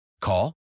Call